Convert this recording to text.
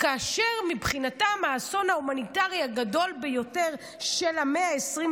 כאשר מבחינתם האסון ההומניטרי הגדול ביותר של המאה ה-21